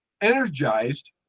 energized